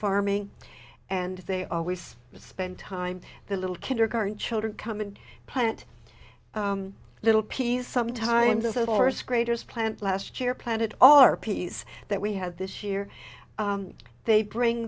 farming and they always spend time the little kindergarten children come and plant little peas sometimes as a fourth graders plant last year planted all our peas that we had this year they bring